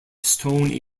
stone